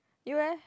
you eh